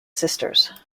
sisters